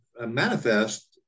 manifest